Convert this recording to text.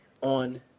on